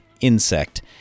insect